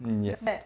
Yes